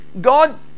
God